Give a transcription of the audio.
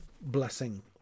blessing